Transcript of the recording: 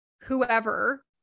whoever